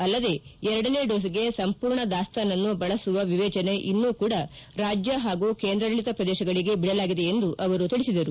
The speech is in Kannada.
ಅಲ್ಲದೆ ಎರಡನೇ ಡೋಸ್ಗೆ ಸಂಪೂರ್ಣ ದಾಸ್ತಾನುವನ್ನು ಬಳಸುವ ವಿವೇಚನೆ ಇನ್ನೂ ಕೂಡಾ ರಾಜ್ಯ ಹಾಗೂ ಕೇಂದ್ರಾಡಳಿತ ಪ್ರದೇಶಗಳಿಗೆ ಬಿಡಲಾಗಿದೆ ಎಂದು ಅವರು ತಿಳಿಸಿದರು